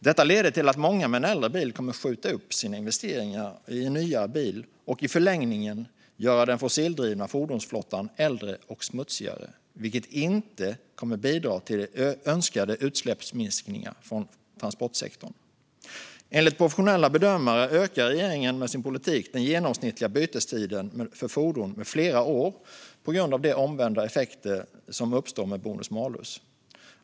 Detta leder till att många med en äldre bil kommer att skjuta upp investeringen i en nyare bil, vilket i förlängningen kommer att göra den fossildrivna fordonsflottan äldre och smutsigare. Detta kommer inte att bidra till de önskade utsläppsminskningarna från transportsektorn. Enligt professionella bedömare ökar regeringen med sin politik den genomsnittliga bytestiden för fordon med flera år, till följd av de omvända effekter som uppstår i och med bonus-malus.